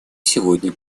сегодня